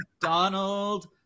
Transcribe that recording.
donald